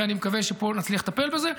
ואני מקווה שפה נצליח לטפל בזה.